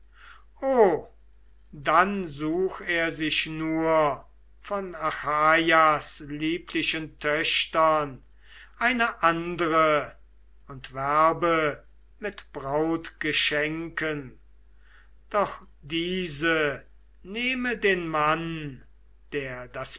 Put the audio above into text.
dann such er sich nur von achaias lieblichen töchtern eine andre und werbe mit brautgeschenken doch diese nehme den mann der das